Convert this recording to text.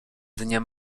dnie